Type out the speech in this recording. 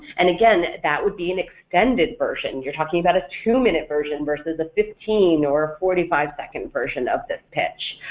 and again that would be an extended version, and you're talking about a two-minute version versus a fifteen or a forty five second version of this pitch.